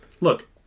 Look